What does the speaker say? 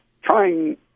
trying